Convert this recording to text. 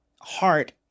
heart